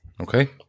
Okay